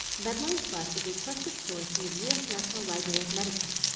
medlineplus is a trusted source from the u s. national library of medicine.